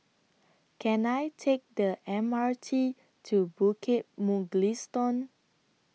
Can I Take The M R T to Bukit Mugliston